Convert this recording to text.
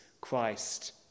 Christ